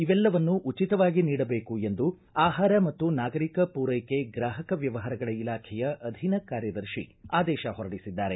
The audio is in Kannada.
ಇವೆಲ್ಲವನ್ನೂ ಉಚಿತವಾಗಿ ನೀಡಬೇಕು ಎಂದು ಆಹಾರ ಮತ್ತು ನಾಗರಿಕ ಪೂರೈಕೆ ಗ್ರಾಹಕ ವ್ಯವಹಾರಗಳ ಇಲಾಖೆಯ ಅಧೀನ ಕಾರ್ಯದರ್ಶಿ ಆದೇಶ ಹೊರಡಿಸಿದ್ದಾರೆ